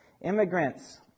Immigrants